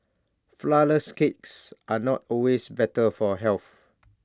Flourless Cakes are not always better for health